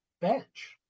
bench